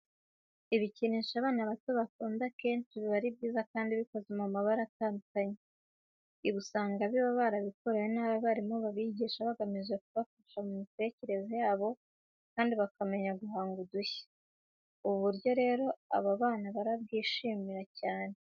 Ibikinisho abana bato bakunda akenshi biba ari byiza kandi bikoze mu mabara atandukanye. Ibi usanga baba barabikorewe n'abarimu babigisha bagamije kubafasha mu mitekerereze yabo kandi bakamenya guhanga udushya. Ubu buryo rero aba bana barabwishimira cyane.